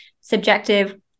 subjective